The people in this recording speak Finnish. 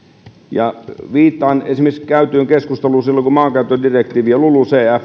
viittaan esimerkiksi käytyyn keskusteluun silloin kun maankäyttödirektiiviä lulucfää